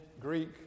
Greek